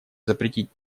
запретить